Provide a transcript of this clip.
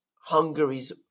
Hungary's